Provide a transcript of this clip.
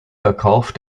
verkauf